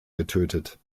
getötet